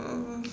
mm